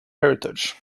heritage